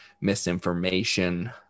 misinformation